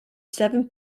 seven